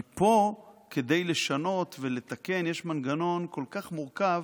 כי פה כדי לשנות ולתקן יש מנגנון כל כך מורכב,